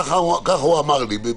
כך אמר לי.